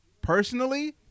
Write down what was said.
Personally